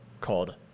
called